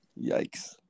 yikes